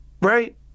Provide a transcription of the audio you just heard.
right